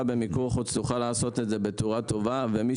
במיקור חוץ תוכל לעשות את זה בצורה טובה ומי